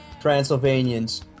Transylvanians